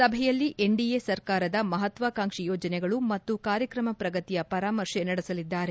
ಸಭೆಯಲ್ಲಿ ಎನ್ಡಿಎ ಸರ್ಕಾರದ ಮಹಾತ್ವಕಾಂಕ್ಷಿ ಯೋಜನೆಗಳು ಮತ್ತು ಕಾರ್ಯಕ್ರಮ ಪ್ರಗತಿಯ ಪರಾಮರ್ತೆ ನಡೆಸಲಿದ್ದಾರೆ